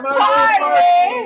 party